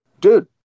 Dude